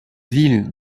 villes